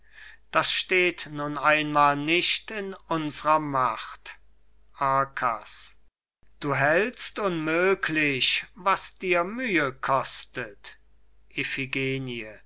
das steht nun einmal nicht in unsrer macht arkas du hältst unmöglich was dir mühe kostet